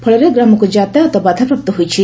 ଫଳରେ ଗ୍ରାମକୁ ଯାତାୟତ ବାଧାପ୍ରାପ୍ତ ହୋଇଛି